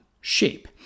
shape